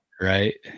right